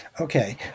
Okay